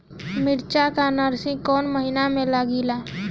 मिरचा का नर्सरी कौने महीना में लागिला?